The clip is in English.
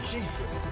Jesus